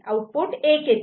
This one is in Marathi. आउटपुट 1 येते